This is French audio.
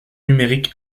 numérique